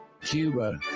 Cuba